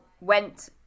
went